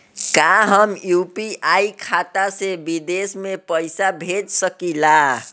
का हम यू.पी.आई खाता से विदेश में पइसा भेज सकिला?